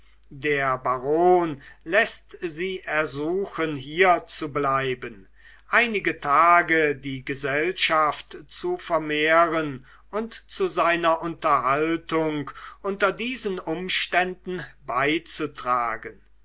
der baron läßt sie ersuchen hier zu bleiben einige tage die gesellschaft zu vermehren und zu seiner unterhaltung unter diesen umständen beizutragen